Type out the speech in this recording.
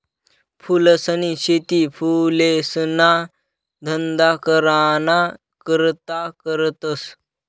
फूलसनी शेती फुलेसना धंदा कराना करता करतस